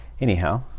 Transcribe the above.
anyhow